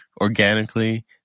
organically